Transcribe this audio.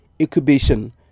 incubation